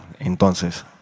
Entonces